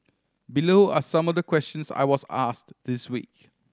below are some of the questions I was asked this week